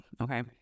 Okay